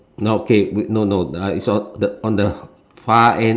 okay wait no no I is on the one the far end